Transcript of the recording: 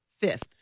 Fifth